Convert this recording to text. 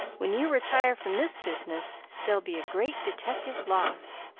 when you retire from this business there'll be a great detective lost.